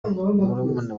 murumuna